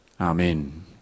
Amen